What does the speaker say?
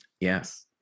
Yes